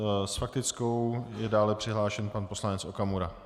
S faktickou je dále přihlášen pan poslanec Okamura.